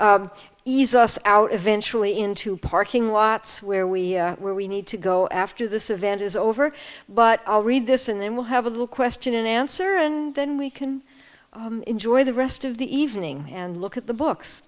of ease us out eventually into parking lots where we where we need to go after this event is over but i'll read this and then we'll have a little question and answer and then we can enjoy the rest of the evening and look at the books